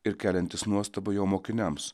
ir keliantis nuostabą jo mokiniams